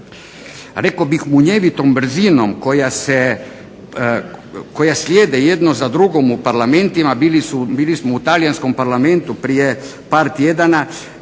rekao bih munjevitom brzinom koja slijede jedno za drugom u parlamentima bili smo u Talijanskom parlamentu prije par tjedana